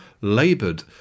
laboured